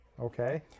Okay